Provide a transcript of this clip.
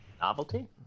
novelty